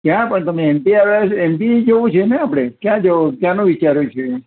કયા પણ તમે એમપી આવ્યા છો એમપી જવું છેને આપણે ક્યાં જવું ક્યાંનું વિચાર્યું છે